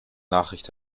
nachricht